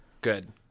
Good